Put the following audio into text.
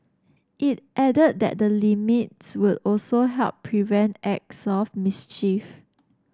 it added that the limits would also help prevent acts of mischief